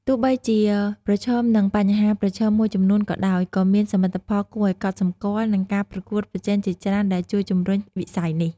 ទោះបីជាប្រឈមនឹងបញ្ហាប្រឈមមួយចំនួនក៏ដោយ ក៏មានសមិទ្ធផលគួរឱ្យកត់សម្គាល់ និងការប្រកួតប្រជែងជាច្រើនដែលជួយជំរុញវិស័យនេះ។